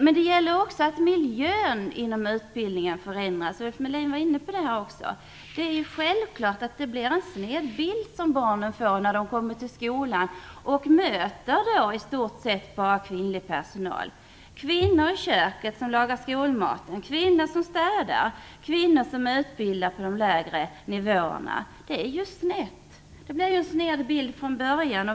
Men det gäller också att miljön inom utbildningen förändras. Ulf Melin var också inne på det. Det är självklart att barnen får en sned bild när de kommer till skolan och möter i stort sett bara kvinnlig personal. Det är kvinnor i köket som lagar skolmaten, kvinnor som städar och kvinnor som utbildar på de lägre nivåerna. Barnen får en sned bild från början.